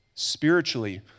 spiritually